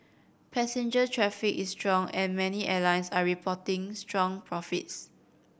passenger traffic is strong and many airlines are reporting strong profits